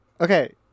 okay